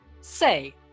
Say